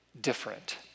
different